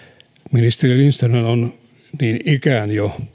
ministeri lindströmhän on niin ikään jo